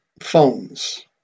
phones